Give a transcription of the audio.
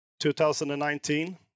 2019